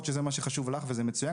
יכול להיות שזה מה שחשוב לך, וזה מצוין.